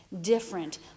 different